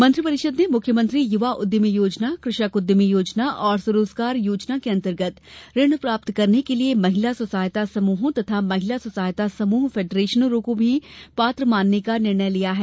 मंत्रिपरिषद ने मुख्यमंत्री युवा उद्यमी योजना कृषक उद्यमी योजना और स्वरोजगार योजना के अंतर्गत ऋण प्राप्त करने के लिए महिला स्व सहायता समूहों तथा महिला स्व सहायता समूह फेडरेशनों को भी पात्र मानने का निर्णय लिया है